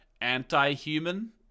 anti-human